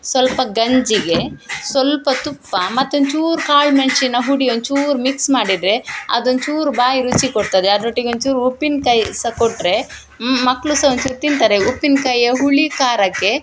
ಸ್ವಲ್ಪ ಗಂಜಿಗೆ ಸ್ವಲ್ಪ ತುಪ್ಪ ಮತ್ತು ಒಂಚೂರು ಕಾಳುಮೆಣ್ಸಿನ ಹುಡಿ ಒಂಚೂರು ಮಿಕ್ಸ್ ಮಾಡಿದರೆ ಅದು ಒಂಚೂರು ಬಾಯಿ ರುಚಿ ಕೊಡ್ತದೆ ಅದ್ರ ಒಟ್ಟಿಗೆ ಒಂಚೂರು ಉಪ್ಪಿನ್ಕಾಯಿ ಸಹ ಕೊಟ್ಟರೆ ಮಕ್ಕಳು ಸಹ ಒಂಚೂರು ತಿಂತಾರೆ ಉಪ್ಪಿನಕಾಯ ಹುಳಿ ಖಾರಕ್ಕೆ